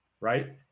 right